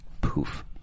Poof